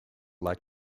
like